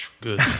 good